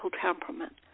temperament